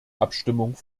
abstimmung